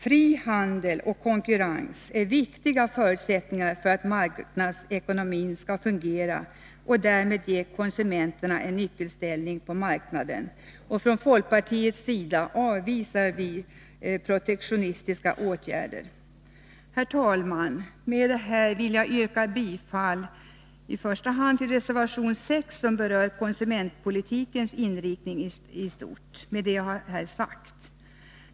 Fri handel och konkurrens är viktiga förutsättningar för att marknadsekonomin skall fungera och därmed ge konsumenterna en nyckelställning på marknaden. Vi avvisar protektionistiska åtgärder. Herr talman, med detta vill jag yrka bifall i första hand till reservation 6, som berör konsumentpolitikens inriktning i stort.